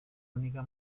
única